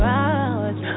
hours